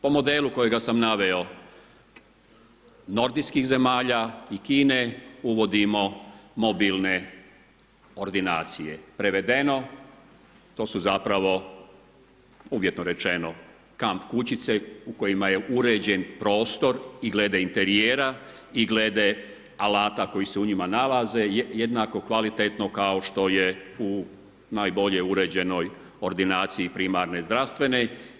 Po modelu kojega sam naveo nordijskih zemalja i Kine uvodimo mobilne ordinacije, prevedeno, to su zapravo uvjetno rečeno kamp kućice u kojima je uređen prostor i glede interijera i glede alata koji se u njima nalaze jednako kvalitetno kao što je u najbolje uređenoj ordinaciji primarne zdravstvene.